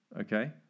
okay